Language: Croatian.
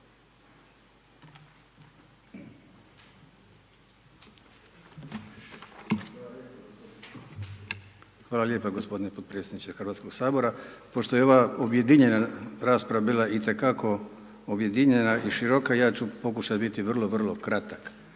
Hvala lijepa gospodine potpredsjedniče Hrvatskoga sabora. Pošto je ova objedinjena rasprava bila itekako objedinjena i široka , ja ću pokušati biti vrlo, vrlo kratak.